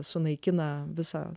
sunaikina visą